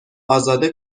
ازاده